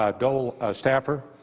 ah dole staffer,